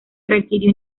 requirió